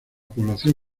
población